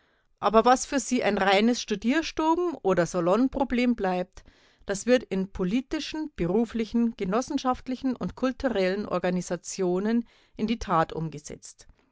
aber was für sie ein reines studierstuben oder salonproblem bleibt das wird in politischen beruflichen genossenschaftlichen und kulturellen organisationen in die tat umgesetzt